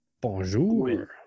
Bonjour